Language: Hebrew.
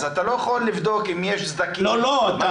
אז אתה לא יכול לבדוק אם יש סדקים ומה מצבו.